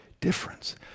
difference